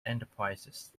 enterprises